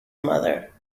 mother